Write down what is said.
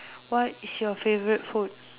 what is your favorite food